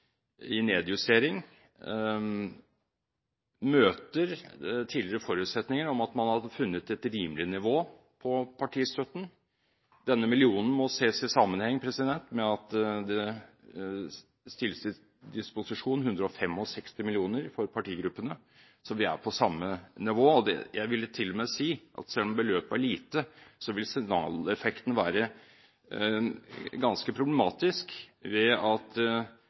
i nedjustering, møter tidligere forutsetninger om at man har funnet et rimelig nivå på partistøtten. Denne millionen må ses i sammenheng med at det stilles til disposisjon 165 mill. kr for partigruppene, så vi er på samme nivå. Jeg vil til og med si at selv om beløpet er lite, ville signaleffekten vært ganske problematisk hvis denne forsamlingen hadde vist at